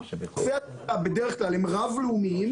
גופי התעדה בדרך כלל הם רב לאומיים,